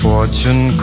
Fortune